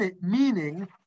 meaning